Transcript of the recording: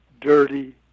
dirty